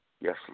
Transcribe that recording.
Yes